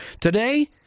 today